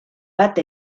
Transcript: bat